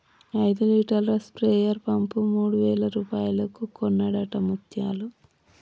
ఐదు లీటర్ల sprayer pump మూడు వేల రూపాయలకు కొన్నడట ముత్యాలు